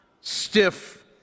stiff